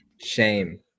Shame